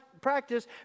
practice